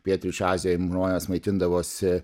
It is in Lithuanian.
pietryčių azijoj žmonės maitindavosi